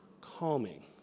Calming